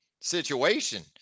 situation